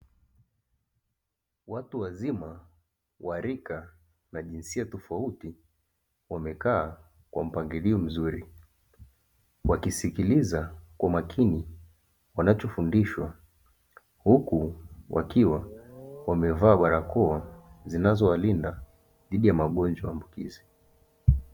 Watu wazima wa rika na jinsia tofauti, wamekaa kwa mpangilio mzuri, wakisikiliza kwa makini wanachofundishwa, huku wakiwa wamevaa barakoa zinazowalinda dhidi ya magonjwa ambukizi.